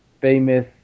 famous